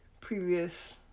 previous